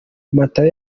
matayo